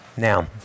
Now